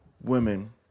women